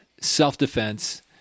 self-defense